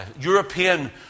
European